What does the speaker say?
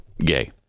Gay